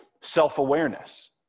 self-awareness